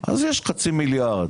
אז יש חצי מיליארד,